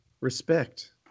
respect